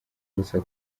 gusa